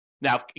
Now